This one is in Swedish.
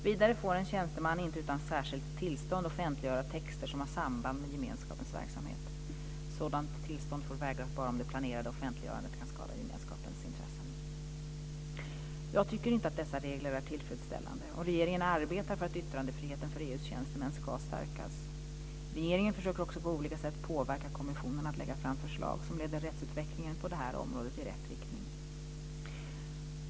Vidare får en tjänsteman inte utan särskilt tillstånd offentliggöra texter som har samband med gemenskapernas verksamhet. Sådant tillstånd får vägras bara om det planerade offentliggörandet kan skada gemenskapens intressen. Jag tycker inte att dessa regler är tillfredsställande, och regeringen arbetar för att yttrandefriheten för EU:s tjänstemän ska stärkas. Regeringen försöker också på olika sätt påverka kommissionen att lägga fram förslag som leder rättsutvecklingen på det här området i rätt riktning.